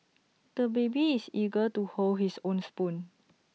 the baby is eager to hold his own spoon